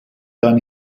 dann